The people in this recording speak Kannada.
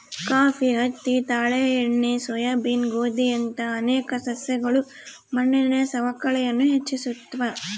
ಕಾಫಿ ಹತ್ತಿ ತಾಳೆ ಎಣ್ಣೆ ಸೋಯಾಬೀನ್ ಗೋಧಿಯಂತಹ ಅನೇಕ ಸಸ್ಯಗಳು ಮಣ್ಣಿನ ಸವಕಳಿಯನ್ನು ಹೆಚ್ಚಿಸ್ತವ